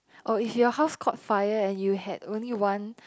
orh if your house caught fire and you had only one